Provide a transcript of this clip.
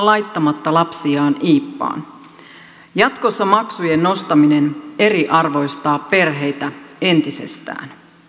laittamatta lapsiaan iippaan jatkossa maksujen nostaminen eriarvoistaa perheitä entisestään